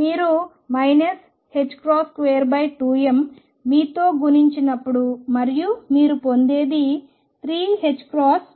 మీరు 22m మీతో గుణించినప్పుడు మరియు మీరు పొందేది 3ℏω2Axe